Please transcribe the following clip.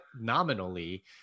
nominally